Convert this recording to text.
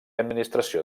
administració